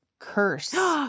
curse